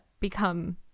become